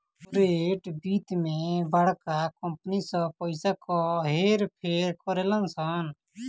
corporate वित्त मे बड़का कंपनी सब पइसा क हेर फेर करेलन सन